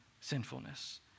sinfulness